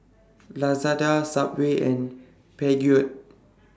Lazada Subway and Peugeot